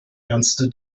ernste